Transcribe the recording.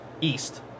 east